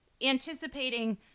anticipating